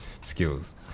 skills